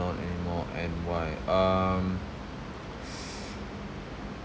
not anymore and why um